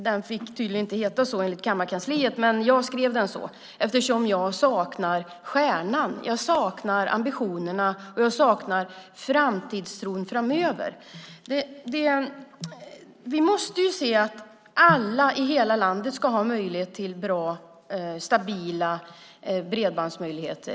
Den fick tydligen inte heta så enligt kammarkansliet, men jag kallade den så eftersom jag saknar stjärnan. Jag saknar ambitionerna, och jag saknar framtidstron. Vi måste ju se till att alla i hela landet har möjlighet att ha bra och stabila bredbandsmöjligheter.